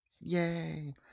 Yay